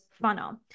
funnel